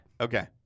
Okay